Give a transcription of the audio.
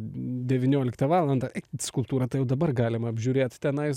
devynioliktą valandą skulptūrą tai jau dabar galima apžiūrėt tenais